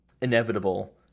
inevitable